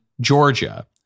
Georgia